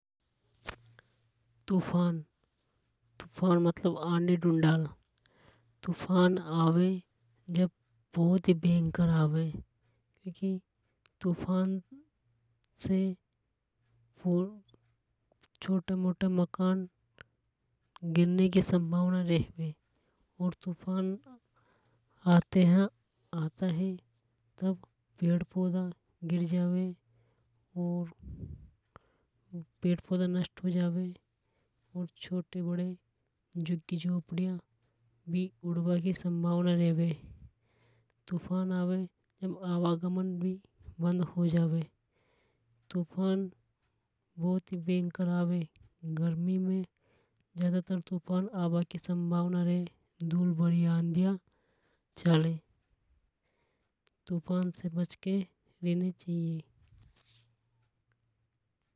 तूफान तूफान मतलब आधी डूडालो तूफान आवे जब बहुत ही भयंकर आवे। क्योंकि तूफान से छोटे मोटे मकान गिरने की संभावना रेवे। और तूफान आते हे आता हे तब पेड़ पौधा गिर जावे और पेड़ पौधा नष्ट हो जावे। और छोटे बड़े ज़ुक्की झोपड़ीया भी उड़बा की संभावना रेवे। तूफान आवे जब आवागमन भी बंद हो जावे। तूफान बहुत ही भयंकर आवे। गर्मी में ज्यादातर तूफान आबा की संभावना रेवे। धूलभरी आंधियां चाले। तूफान से बचके रहना चाहिए।